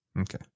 Okay